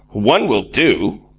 one will do.